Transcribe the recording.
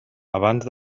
abans